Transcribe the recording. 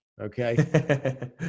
Okay